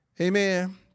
Amen